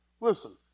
Listen